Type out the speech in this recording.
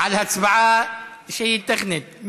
בהצבעה שהיא טכנית?